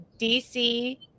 DC